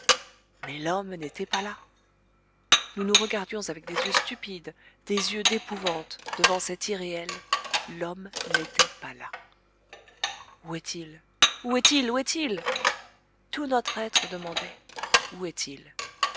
mais l'homme n'était pas là nous nous regardions avec des yeux stupides des yeux d'épouvante devant cet irréel l'homme n'était pas là où est-il où est-il où est-il tout notre être demandait où est-il